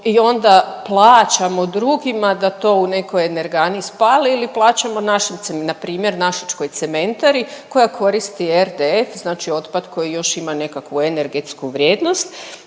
i onda plaćamo drugima da to u nekoj energani spali ili plaćamo našim .../nerazumljivo/... npr. našičkoj cementari koja koristi RDF znači otpad koji još ima nekakvu energetsku vrijednost